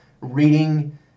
reading